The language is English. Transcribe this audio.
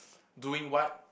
doing what